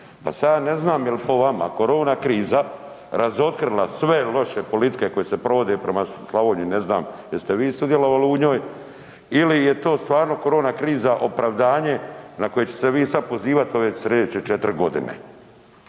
Pa sad ne znam jel to vama korona kriza razotkrila sve loše politike koje se provode prema Slavoniji, ne znam jeste vi sudjelovali u njoj ili je to stvarno korona kriza opravdanje na koje ćete se vi sad pozivat na ove slijedeće 4.g.? Hvala.